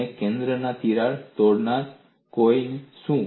અને કેન્દ્રમાં તિરાડ તોડનાર કોઇનું શું